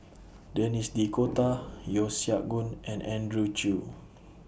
Denis D'Cotta Yeo Siak Goon and Andrew Chew